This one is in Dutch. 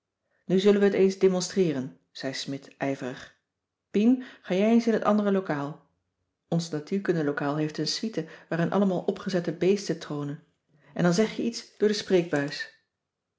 nu zullen we het eens demonstreeren zei smidt ijverig pien ga jij eens in het andere lokaal ons natuurkunde locaal heeft een suite waarin allemaal opgezette beesten troonen en dan zeg je iets door de spreekbuis